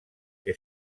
que